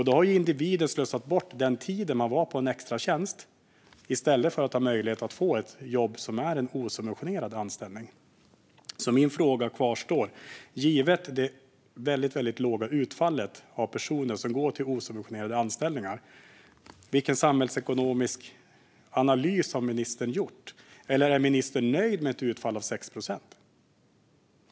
Då har individen slösat bort tiden på en extratjänst i stället för att ha möjlighet att få ett jobb som är en osubventionerad anställning. Min fråga kvarstår: Givet det väldigt låga utfallet av personer som går till osubventionerade anställningar, vilken samhällsekonomisk analys har ministern gjort? Eller är ministern nöjd med ett utfall på 6 procent?